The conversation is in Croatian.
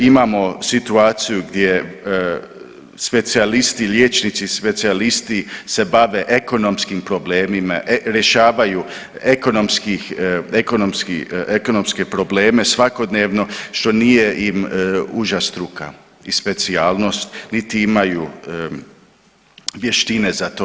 Imamo situaciju gdje specijalisti, liječnici specijalisti se bave ekonomskim problemima, rješavaju ekonomskih, ekonomske probleme svakodnevno što nije im uža struka i specijalnost niti imaju vještine za to.